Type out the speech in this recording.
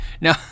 Now